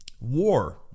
War